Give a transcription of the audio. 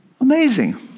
Amazing